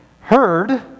heard